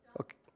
Okay